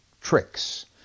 tricks